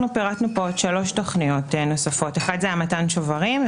אנחנו פירטנו פה עוד שלוש תכניות נוספות: מתן שוברים,